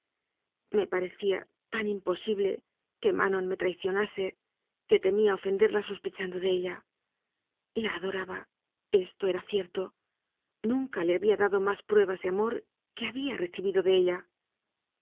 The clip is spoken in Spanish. me parecía tan imposible que manon me traicionase que temía ofenderla sospechando de ella la ado raba esto era cierto nunca le había dado más pruebas de amor que había recibido de ella